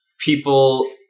people